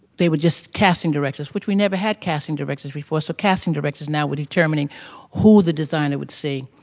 they were just casting directors. which, we never had casting directors before. so casting directors now were determining who the designer would see.